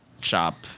shop